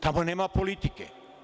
Tamo nema politike.